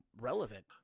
relevant